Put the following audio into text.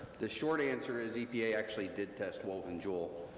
the short answer is, epa actually did test wolven jewell.